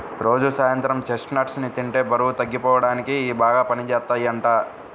రోజూ సాయంత్రం చెస్ట్నట్స్ ని తింటే బరువు తగ్గిపోడానికి ఇయ్యి బాగా పనిజేత్తయ్యంట